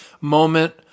moment